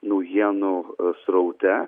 naujienų sraute